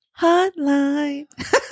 Hotline